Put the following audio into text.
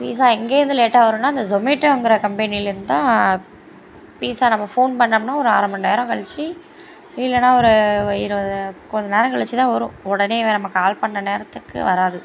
பீஸா எங்கேயிருந்து லேட்டாக வரும்னா அந்த ஸொமேட்டோங்கிற கம்பெனிலேருந்து தான் பீஸா நம்ம ஃபோன் பண்ணோம்னா ஒரு அரை மணிநேரம் கழிச்சி இல்லைன்னா ஒரு இருபது கொஞ்சம் நேரம் கழிச்சி தான் வரும் உடனே நம்ம கால் பண்ணிண நேரத்துக்கு வராது